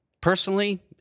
Personally